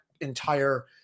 entire